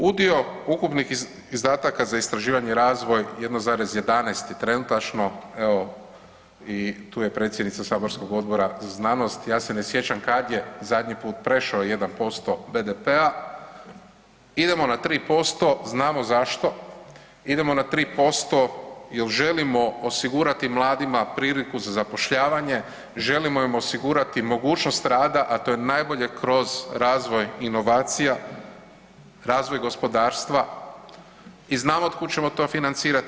Udio ukupnih izdataka za istraživanje i razvoj 1,11 je trenutačno evo i tu je predsjednica saborskog Odbora za znanost, ja se ne sjećam kad je zadnji put prešao 1% BDP-a, idemo na 3% znamo zašto, idemo na 3% jer želimo osigurati mladima priliku za zapošljavanje, želimo im osigurati mogućnost rada, a to je najbolje kroz razvoj inovacija, razvoj gospodarstva i znamo od kud ćemo to financirati.